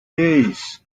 days